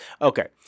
Okay